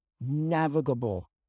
navigable